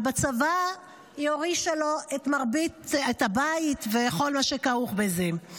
ובצוואה היא הורישה לו את הבית וכל מה שכרוך בזה.